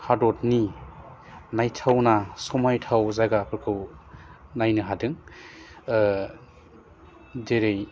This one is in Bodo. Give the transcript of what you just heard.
हाददनि नायथावना समायथाव जायगाफोरखौ नायनो हादों ओह जेरै